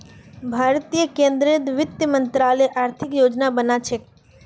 भारतीय केंद्रीय वित्त मंत्रालय आर्थिक योजना बना छे